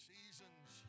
Seasons